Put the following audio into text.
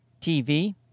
TV